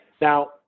Now